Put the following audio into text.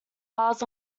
bars